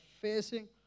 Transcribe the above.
facing